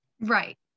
right